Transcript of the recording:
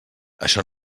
això